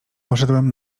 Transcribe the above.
poszedłem